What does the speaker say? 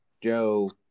Joe